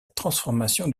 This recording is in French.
transformation